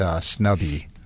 Snubby